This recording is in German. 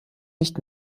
nicht